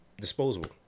disposable